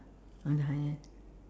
on the higher end